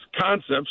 concepts